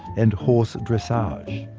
and horse dressage.